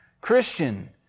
Christian